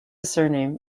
surname